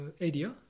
area